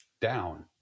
down